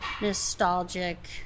nostalgic